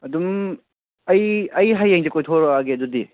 ꯑꯗꯨꯝ ꯑꯩ ꯑꯩ ꯍꯌꯦꯡꯁꯦ ꯀꯣꯏꯊꯣꯔꯛꯑꯒꯦ ꯑꯗꯨꯗꯤ